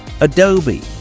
Adobe